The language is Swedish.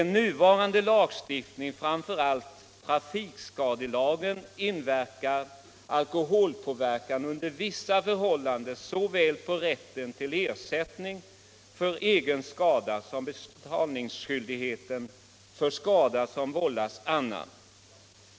I nuvarande lagstiftning, framför allt trafikskadelagen, inverkar alkoholpåverkan under vissa förhållanden såväl på rätten till ersättning för egen skada som på betalningsskyldigheten för skada som vållats annan.